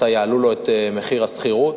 מתי יעלו לו את מחיר השכירות,